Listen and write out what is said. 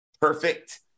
Perfect